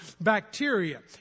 bacteria